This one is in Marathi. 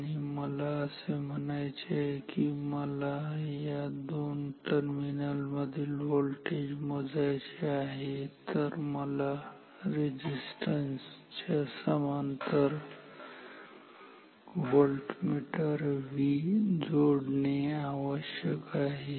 आणि मला असे म्हणायचे आहे की मला या दोन टर्मिनल मधील व्होल्टेज मोजायचे आहे तर मला या रेझिस्टन्स च्या समांतर व्होल्टमीटर V जोडणे आवश्यक आहे